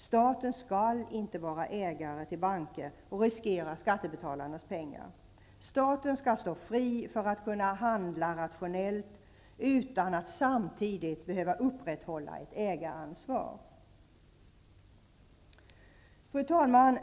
Staten skall inte vara ägare till banker och riskera skattebetalarnas pengar. Staten skall stå fri för att kunna handla rationellt utan att samtidigt behöva upprätthålla ett ägaransvar. Fru talman!